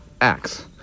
acts